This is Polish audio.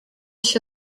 się